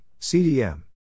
CDM